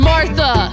Martha